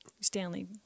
Stanley